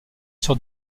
sur